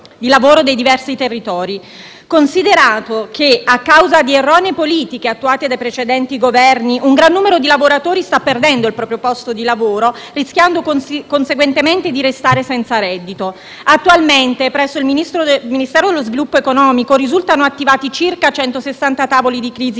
di lavoro dei diversi territori. Considerato che, a causa di erronee politiche attuate dai precedenti Governi, un gran numero di lavoratori sta perdendo il proprio posto di lavoro, rischiando conseguentemente di restare senza reddito, attualmente presso il Ministero dello sviluppo economico risultano attivati circa 160 tavoli di crisi